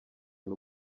n’u